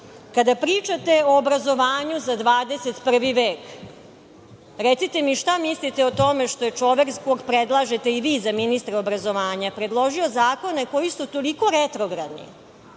sati. Kada pričate o obrazovanju za 21. vek, recite mi šta mislite o tome što je čovek koga predlažete i vi za ministra obrazovanja predložio zakone koji su toliko retrogradni,